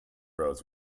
roads